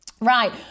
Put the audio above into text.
Right